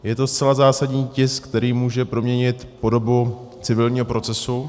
Je to zcela zásadní tisk, který může proměnit podobu civilního procesu.